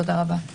תודה רבה.